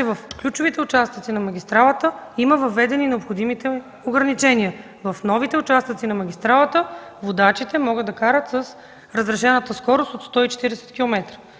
В ключовите участъци на магистралата има въведени необходимите ограничения. В новите участъци на магистралата водачите могат да карат с разрешената скорост от 140 км.